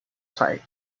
site